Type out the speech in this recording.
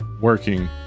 working